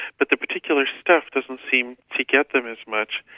but the particular stuff doesn't seem to get them as much.